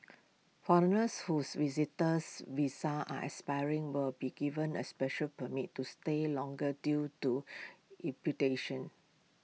foreigners whose visitors visas are expiring will be given A special permit to stay longer due to